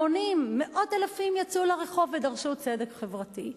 המונים, מאות אלפים, יצאו לרחוב ודרשו צדק חברתי.